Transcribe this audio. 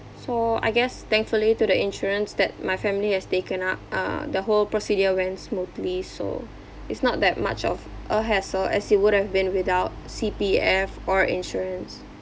so I guess thankfully to the insurance that my family has taken up uh the whole procedure went smoothly so it's not that much of a hassle as it would have been without C_P_F or insurance